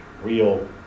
real